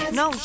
no